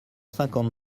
cinquante